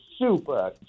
super